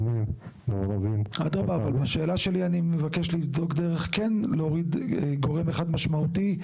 אני מבקש לבדוק דרך להוריד גורם אחד משמעותי,